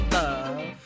love